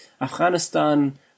Afghanistan